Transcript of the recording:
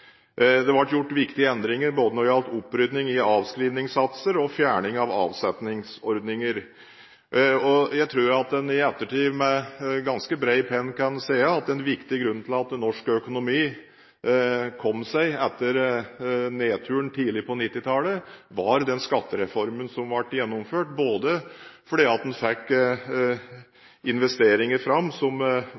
Det ble gjort viktige endringer når det gjelder både opprydning i avskrivningssatser og fjerning av avsetningsordninger. Jeg tror at en i ettertid, med ganske bred penn, kan si at en viktig grunn til at norsk økonomi kom seg etter nedturen tidlig på 1990-tallet, var den skattereformen som ble gjennomført. Dette både fordi en fikk fram investeringer som